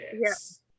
yes